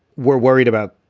we're worried about,